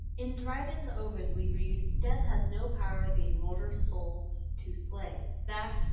in dryden's ovid we read death has no power the immortal soul so to slay, that,